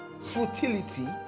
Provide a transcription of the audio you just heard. futility